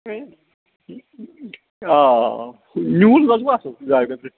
آ نیوٗل گاسہٕ گوٚو اصٕل گاے خٲطرٕ